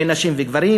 בין נשים וגברים,